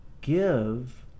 give